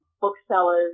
booksellers